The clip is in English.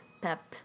pep